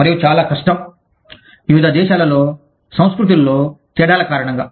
మరియు చాలా కష్టం వివిధ దేశాల సంస్కృతిలో తేడాల కారణంగా